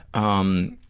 um,